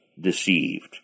deceived